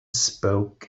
spoke